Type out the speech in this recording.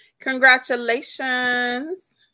Congratulations